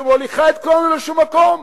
ממשלה פלורליסטית שמוליכה את כולנו לשום מקום.